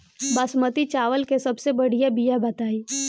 बासमती चावल के सबसे बढ़िया बिया बताई?